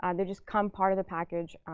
um they just come part of the package.